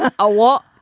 a wall,